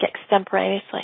extemporaneously